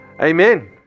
Amen